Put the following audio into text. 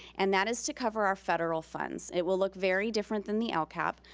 and that is to cover our federal funds. it will look very different than the lcap.